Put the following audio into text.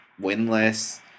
Winless